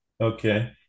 Okay